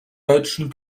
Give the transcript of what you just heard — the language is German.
deutschen